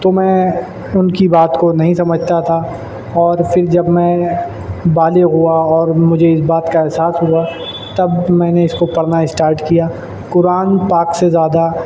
تو میں ان کی بات کو نہیں سمجھتا تھا اور پھر جب میں بالغ ہوا اور مجھے اس بات کا احساس ہوا تب میں نے اس کو کرنا اسٹارٹ کیا قرآن پاک سے زیادہ